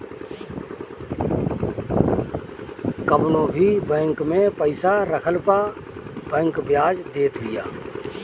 कवनो भी बैंक में पईसा रखला पअ बैंक बियाज देत बिया